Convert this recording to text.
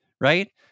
right